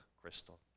crystal